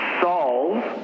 solve